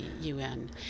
UN